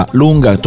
lunga